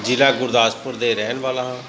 ਜ਼ਿਲ੍ਹਾ ਗੁਰਦਾਸਪੁਰ ਦਾ ਰਹਿਣ ਵਾਲਾ ਹਾਂ